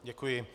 Děkuji.